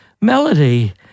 melody